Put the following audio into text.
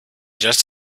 just